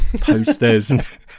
posters